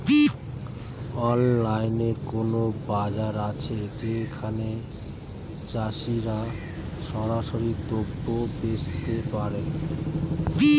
অনলাইনে কোনো বাজার আছে যেখানে চাষিরা সরাসরি দ্রব্য বেচতে পারে?